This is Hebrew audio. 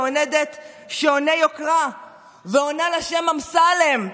שעונדת שעוני יוקרה ועונה לשם "אמסלם",